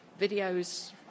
videos